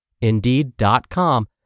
Indeed.com